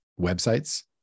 websites